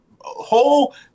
Whole